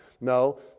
No